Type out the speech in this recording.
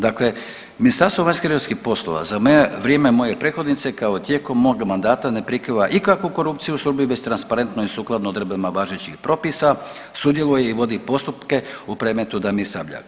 Dakle, Ministarstvo vanjskih i europskih poslova za vrijeme moje prethodnice kao i tijekom mog mandata ne prikriva ikakvu korupciju … [[Govornik se ne razumije]] transparentno i sukladno odredbama važećih propisa, sudjeluje i vodi postupke u predmetu Damir Sabljak.